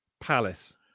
palace